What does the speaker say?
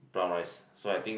brown rice so I think